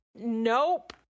Nope